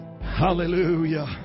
Hallelujah